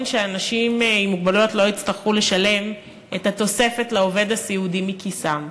שאנשים עם מוגבלויות לא יצטרכו לשלם את התוספת לעובד הסיעודי מכיסם?